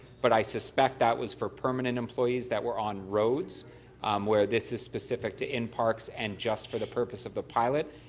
but i suspect that was for permanent employees that were on roads um where this is specific to in parks and just for the purpose of the pilot.